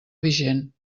vigent